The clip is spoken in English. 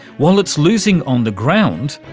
while it's losing on the ground,